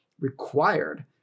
required